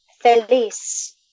feliz